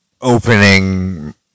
opening